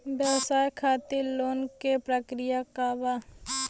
व्यवसाय खातीर लोन के प्रक्रिया का बा?